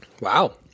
Wow